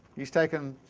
he's taken